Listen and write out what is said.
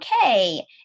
okay